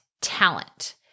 talent